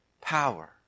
power